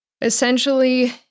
essentially